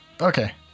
Okay